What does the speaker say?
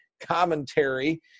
commentary